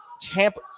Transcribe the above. Tampa